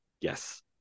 Yes